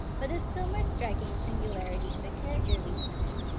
but a still more striking singularity in the character of these women,